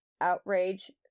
outrage